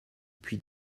puis